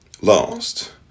lost